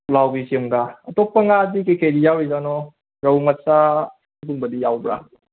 ꯄꯨꯛꯂꯥꯎꯕꯤꯁꯤꯝꯒ ꯑꯇꯣꯞꯄ ꯉꯥꯗꯤ ꯀꯩ ꯀꯩ ꯌꯥꯎꯔꯤꯖꯥꯠꯅꯣ ꯔꯧ ꯃꯆꯥꯒꯨꯝꯕꯗꯤ ꯌꯥꯎꯕ꯭ꯔꯥ